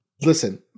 Listen